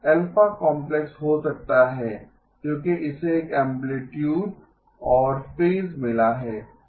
α complex हो सकता है क्योंकि इसे एक ऐम्पलीटूड और फेज मिला है